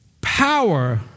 Power